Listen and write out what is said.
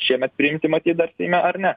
šiemet priimti matyt dar seime ar ne